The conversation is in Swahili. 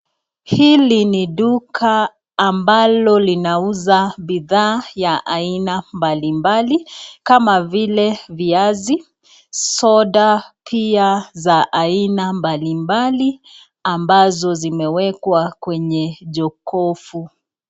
Hili ni duka ambalo linauza bidhaa ya aina mbalimbali kama vile viazi, soda pia za aina mbalimbali ambazo zimewekwa kwenye jokofu.